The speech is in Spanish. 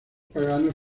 paganos